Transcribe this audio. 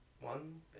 one